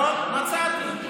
לא מצאתי.